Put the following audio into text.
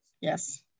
Yes